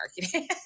marketing